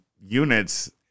units